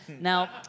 Now